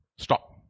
Stop